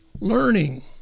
learning